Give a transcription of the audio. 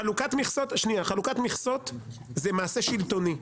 חלוקת מכסות זה מעשה שלטוני,